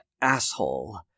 asshole